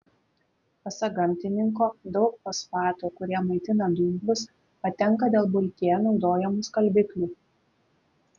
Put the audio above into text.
pasak gamtininko daug fosfatų kurie maitina dumblius patenka dėl buityje naudojamų skalbiklių